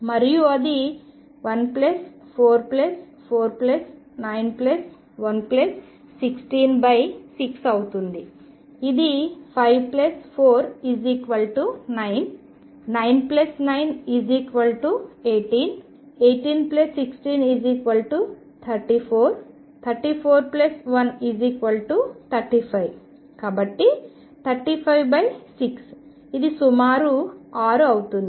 మరియు అది 1449116 6 అవుతుంది ఇది 5 49 99 18 1816 34 341 35 కాబట్టి 35 6 ఇది సుమారు 6 అవుతుంది